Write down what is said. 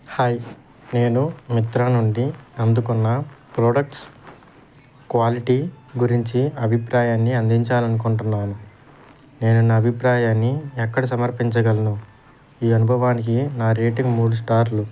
hi నేను Myntra నుండి అందుకున్న ప్రోడక్ట్స్ క్వాలిటీ గురించి అభిప్రాయాన్ని అందించాలనుకుంటున్నాను నేను నా అభిప్రాయాన్ని ఎక్కడ సమర్పించగలను ఈ అనుభవానికి నా రేటింగ్ మూడు స్టార్లు